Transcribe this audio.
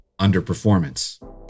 Underperformance